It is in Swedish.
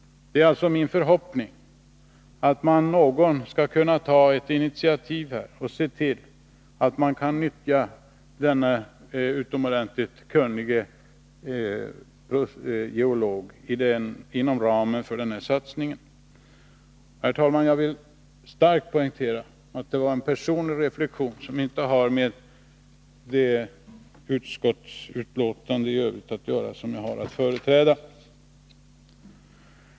Det är alltså min förhoppning att man någon gång skall kunna ta ett initiativ och se till att nyttja denne utomordentligt kunnige geolog inom ramen för denna satsning. Herr talman! Jag vill starkt framhålla att det var en personlig reflexion, som inte i övrigt har att göra med utskottsbetänkandet.